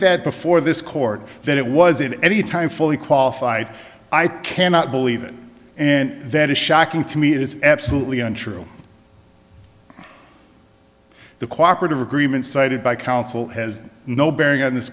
that before this court that it was in any time fully qualified i cannot believe it and that is shocking to me it is absolutely untrue the cooperate of agreements cited by counsel has no bearing on this